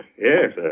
Yes